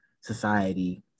society